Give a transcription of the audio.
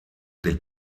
del